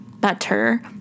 better